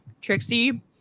Trixie